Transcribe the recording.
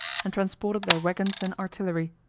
and transported their wagons and artillery.